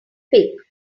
pick